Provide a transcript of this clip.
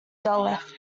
duluth